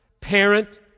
parent